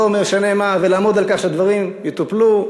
משנה מה ולעמוד על כך שהדברים יטופלו,